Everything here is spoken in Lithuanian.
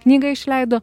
knygą išleido